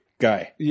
guy